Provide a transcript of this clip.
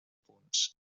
punts